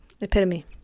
Epitome